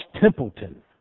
Templeton